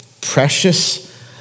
precious